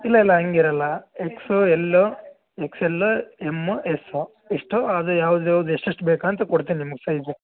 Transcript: ಇಲ್ಲ ಇಲ್ಲ ಹಂಗಿರೋಲ್ಲ X L XL M S ಇಷ್ಟು ಅದು ಯಾವ್ದು ಯಾವ್ದು ಎಷ್ಟು ಎಷ್ಟು ಬೇಕಂತ ಕೊಡ್ತೀನಿ ನಿಮ್ಗೆ ಸೈಜ್